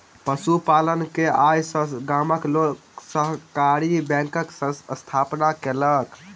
पशु पालन के आय सॅ गामक लोक सहकारी बैंकक स्थापना केलक